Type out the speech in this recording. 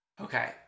Okay